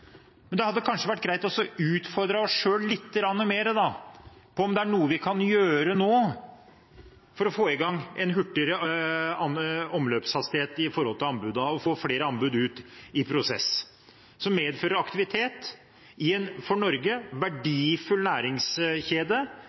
men det hadde kanskje vært greit å utfordre oss selv lite grann mer på om det er noe vi kan gjøre nå for å få i gang en hurtigere omløpshastighet på anbudene og få flere anbud ut i prosess, som medfører aktivitet i en for Norge verdifull næringskjede,